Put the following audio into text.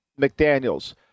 McDaniels